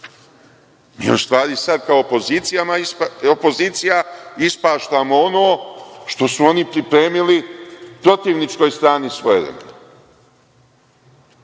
Mi u stvari sada kao opozicija ispaštamo ono što su oni pripremili protivničkoj strani svojevremeno. Zato